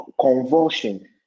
Convulsion